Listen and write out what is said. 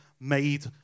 made